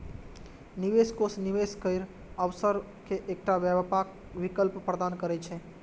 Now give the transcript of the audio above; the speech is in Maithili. निवेश कोष निवेश केर अवसर के एकटा व्यापक विकल्प प्रदान करै छै